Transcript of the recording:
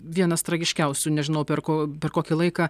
vienas tragiškiausių nežinau per ko per kokį laiką